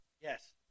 Yes